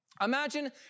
Imagine